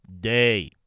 day